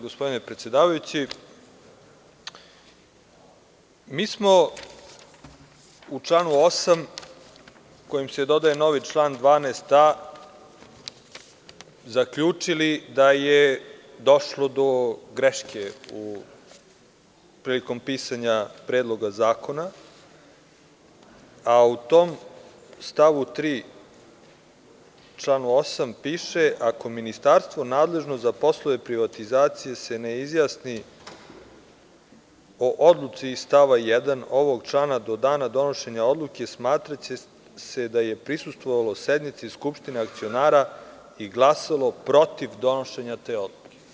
Mi smo u članu 8, kojim se dodaje novi član 12a, zaključili da je došlo do greške prilikom pisanja Predloga zakona, a u tom stavu 3. članu 8. piše: „Ako se ministarstvo nadležno za poslove privatizacije ne izjasni o odluci iz stava 1. ovog člana do dana donošenja odluke, smatraće se da je prisustvovalo sednici skupštine akcionara i glasalo protiv donošenja te odluke“